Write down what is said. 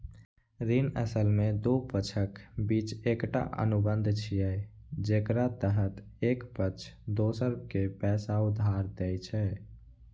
ऋण असल मे दू पक्षक बीच एकटा अनुबंध छियै, जेकरा तहत एक पक्ष दोसर कें पैसा उधार दै छै